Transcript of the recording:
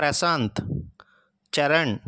Prashanth Charan